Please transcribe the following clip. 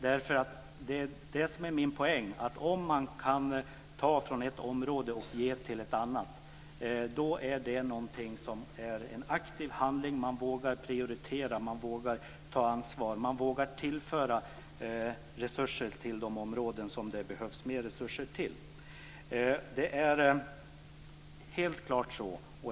Poängen, menar jag, är att det är en aktiv handling om man kan ta från ett område och ge till ett annat område. Man vågar prioritera och ta ansvar. Man vågar tillföra resurser till de områden där det behövs mer resurser. Det är helt klart så.